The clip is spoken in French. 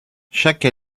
chaque